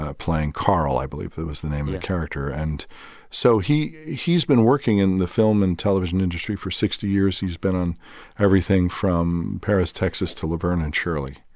ah playing carl, i believe, that was the name of the character. and so he he's been working in the film and television industry for sixty years. he's been on everything from paris, texas to laverne and shirley.